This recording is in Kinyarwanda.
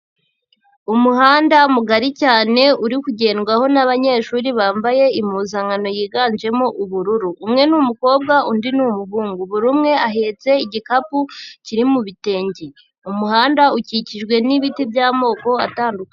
Umuhanda mugari cyane uri kugendwaho n'abanyeshuri bambaye impuzankano yiganjemo ubururu. Umwe ni umukobwa undi ni umuhungu. Buri umwe ahetse igikapu kiri mu bitenge. Umuhanda ukikijwe n'ibiti by'amoko atandukanye.